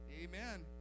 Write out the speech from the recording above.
amen